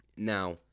Now